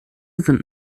sind